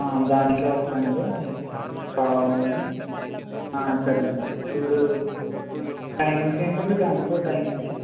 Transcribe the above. దాని కోసమేనండి కావాలండి సరే అండి ఇప్పుడు టైమింగ్స్ ఏంటండీ బ్యాంకు టైమింగ్సు